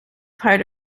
part